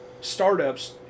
startups